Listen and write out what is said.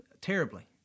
terribly